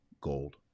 gold